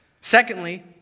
Secondly